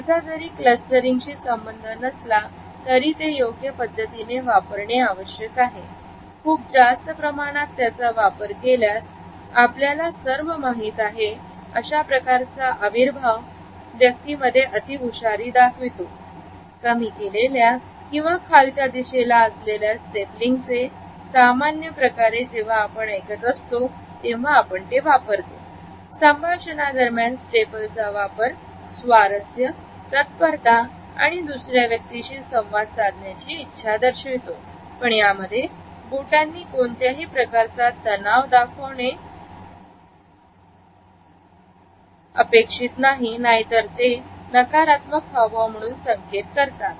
याचा जरी क्लस्टरिंग संबंध नसला तरी ते योग्य पद्धतीने वापरणे आवश्यक आहे खूप जास्त प्रमाणात त्याचा वापर केल्यास आपल्याला सर्व माहीत आहे अशाप्रकारचा अविर्भाव व्यक्तीमध्ये अति हुशारी दाखवितो कमी केलेल्या किंवा खालच्या दिशेला असलेल्या स्टेपलिंग हे सामान्य प्रकारे जेव्हा आपण ऐकत असतो तेव्हा वापरतो संभाषण दरम्यान स्टेपल चा वापर स्वारस्य तत्परता आणि दुसऱ्या व्यक्तीशी संवाद साधण्याची इच्छा दर्शवितो पण यामध्ये बोटांनी कोणत्याही प्रकारचा तणाव दाखवणे नाहीतर तो नकारात्मक हावभाव म्हणून संकेत करतो